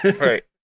Right